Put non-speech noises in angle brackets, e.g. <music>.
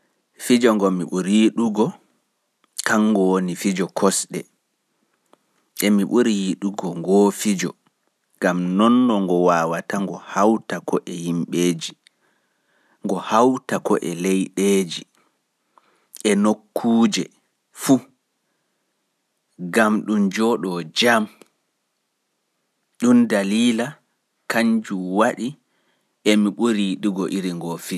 <hesitation> Fijo ngo mi ɓuri yiɗgo kango woni fijo kosɗe(soccer). Emi yingo fijo gam nonno ngo wawata ngo hawta ko'e himɓeeji, ngo hawta ko'e leiɗeeji e nokkuuji fu gam ɗun jooɗo jam.